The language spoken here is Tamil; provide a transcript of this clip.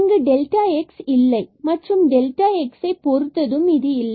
இங்கு டெல்டா x இல்லை மற்றும் டெல்டா xஐ பொறுத்தது இல்லை